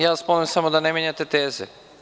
Ja vas molim samo da ne menjate teze.